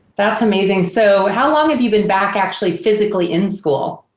that's amazing, so how long have you been back actually physically in school,